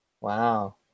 wow